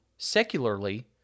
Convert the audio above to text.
secularly